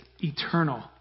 eternal